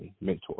mentor